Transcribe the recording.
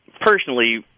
personally